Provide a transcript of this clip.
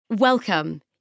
Welcome